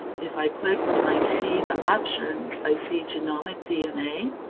if i click and i see the options, i see genomic dna.